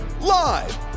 live